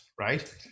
right